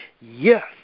Yes